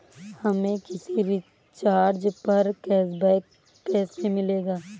हमें किसी रिचार्ज पर कैशबैक कैसे मिलेगा?